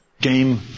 Game